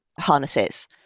harnesses